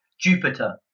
Jupiter